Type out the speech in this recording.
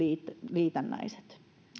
liitännäiset